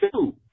two